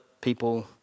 people